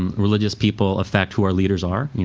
um religious people affect who are leaders are, you